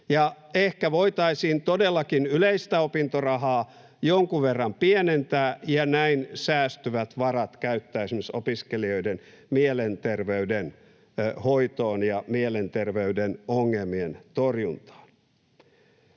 ehkä voitaisiin todellakin yleistä opintorahaa jonkun verran pienentää ja näin säästyvät varat käyttää esimerkiksi opiskelijoiden mielenterveyden hoitoon ja mielenterveyden ongelmien torjuntaan.